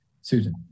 Susan